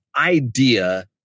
idea